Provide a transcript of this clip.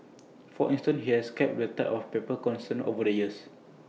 for instance he has kept the type of paper consistent over the years